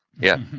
yeah!